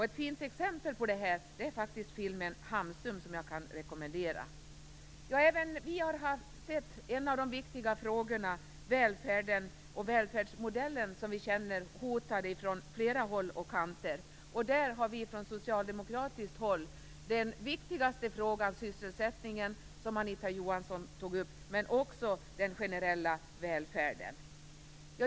Ett fint exempel på detta är filmen Hamsun, som jag kan rekommendera. Välfärden och välfärdsmodellen är hotade från flera håll och kanter. Där har vi från socialdemokratiskt håll den viktigaste frågan, sysselsättningen, som Anita Johansson berörde, men också den generella välfärden.